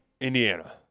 Indiana